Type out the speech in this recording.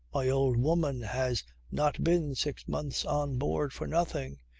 my old woman has not been six months on board for nothing.